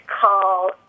call